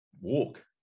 walk